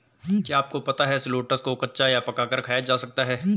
क्या आपको पता है शलोट्स को कच्चा या पकाकर खाया जा सकता है?